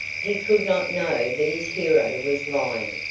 he could not know that his hero was lying,